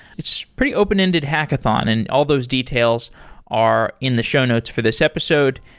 it's pretty open-ended hackathon, and all those details are in the show notes for this episode.